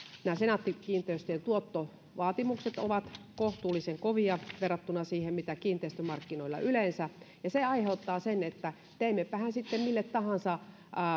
senaatti kiinteistöjen tuottovaatimukset ovat kohtuullisen kovia verrattuna siihen mitä on kiinteistömarkkinoilla yleensä ja se aiheuttaa sen että teimmepähän sitten mille tahansa